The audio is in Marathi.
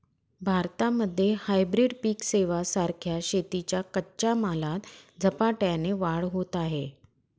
भारतामध्ये हायब्रीड पिक सेवां सारख्या शेतीच्या कच्च्या मालात झपाट्याने वाढ होत आहे